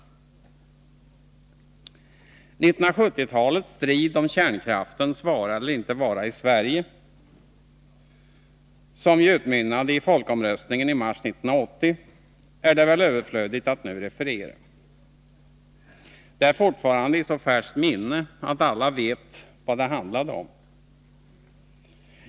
1970-talets strid om kärnkraftens vara eller inte vara i Sverige, som ju utmynnade i folkomröstningen i mars 1980, är det väl överflödigt att nu referera. Den är fortfarande i så färskt minne att alla vet vad den handlade om.